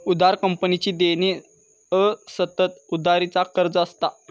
उधार कंपनीची देणी असतत, उधारी चा कर्ज असता